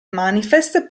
manifest